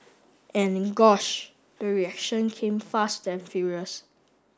and gosh the reactions came fast and furious